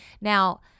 Now